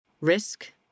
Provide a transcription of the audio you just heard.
risk